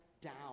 down